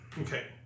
Okay